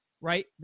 right